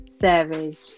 Savage